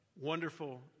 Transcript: wonderful